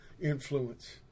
influence